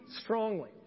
strongly